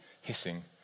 hissing